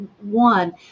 one